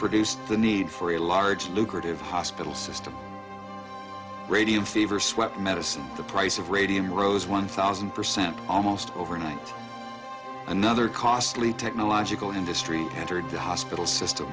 produced the need for a large lucrative hospital system radium fever swept medicines the price of radium rose one thousand percent almost overnight another costly technological industry entered the hospital system